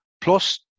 Plus